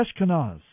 Ashkenaz